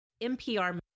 NPR